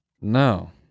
No